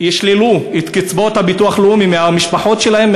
ישללו את קצבאות הביטוח הלאומי מהמשפחות שלהם?